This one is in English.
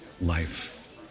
life